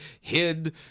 hid